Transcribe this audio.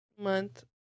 month